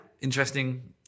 interesting